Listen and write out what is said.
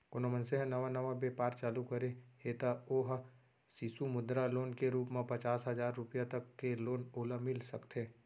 कोनो मनसे ह नवा नवा बेपार चालू करे हे त ओ ह सिसु मुद्रा लोन के रुप म पचास हजार रुपया तक के लोन ओला मिल सकथे